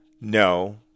No